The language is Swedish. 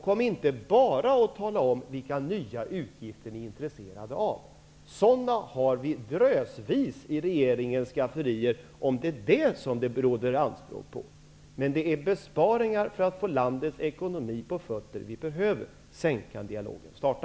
Kom inte bara och tala om vilka nya utgifter ni är intresserade av. Sådana har vi drösvis av i regeringens skafferier, om det råder anspråk på det. Vad vi behöver är däremot besparingar för att få landets ekonomi på fötter. Sedan kan dialogen starta.